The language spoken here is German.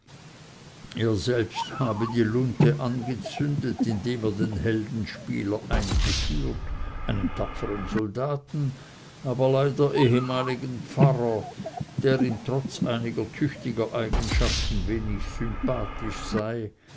er selbst habe die lunte angezündet indem er den heldenspieler eingeführt einen tapfern soldaten aber leider ehemaligen pfarrer der ihm trotz einiger tüchtiger eigenschaften wenig sympathisch sei